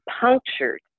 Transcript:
punctured